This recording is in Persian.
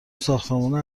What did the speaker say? ساختمونه